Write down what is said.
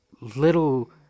little